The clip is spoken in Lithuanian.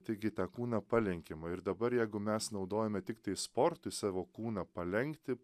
taigi tą kūną palenkiama ir dabar jeigu mes naudojame tiktai sportui savo kūną palenkti